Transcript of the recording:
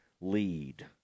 lead